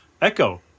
Echo